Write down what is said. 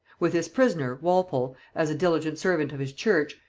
with this prisoner walpole, as a diligent servant of his church,